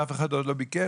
ואף אחד עוד לא ביקש,